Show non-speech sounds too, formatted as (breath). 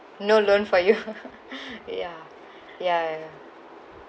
no loan for you (laughs) (breath) ya (breath) ya ya ya